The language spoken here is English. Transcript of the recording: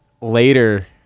later